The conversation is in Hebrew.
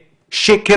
אני אגמור לדבר,